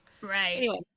Right